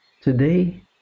Today